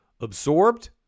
absorbed